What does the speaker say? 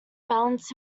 balanced